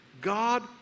God